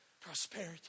prosperity